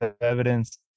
evidence